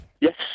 Yes